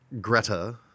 Greta